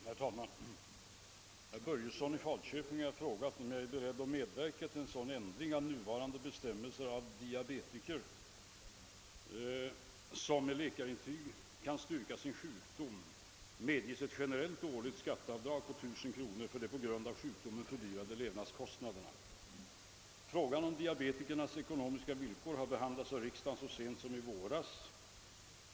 Herr talman! Herr Börjesson i Falköping har frågat mig, om jag är beredd att medverka till sådan ändring av nuvarande bestämmelser att diabetiker , som med läkarintyg kan styrka sin sjukdom, medges ett generellt årligt skatteavdrag på 1000 kronor för de på grund av sjukdomen fördyrade levnadskostnaderna. Frågan om diabetikernas ekonomiska villkor har behandlats av riksdagen så sent som i våras.